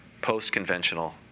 post-conventional